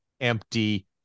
empty